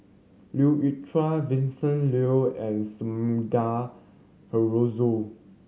Leu Yew Chye Vincent Leow and Sumida Haruzo